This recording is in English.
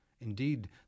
Indeed